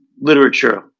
literature